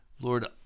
Lord